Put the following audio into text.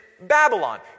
Babylon